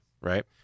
right